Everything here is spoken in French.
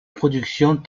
productions